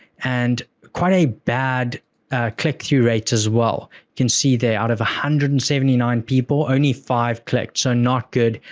and quite a bad click-through rate as well. can see they're out of one hundred and seventy nine people, only five clicked. so, not good,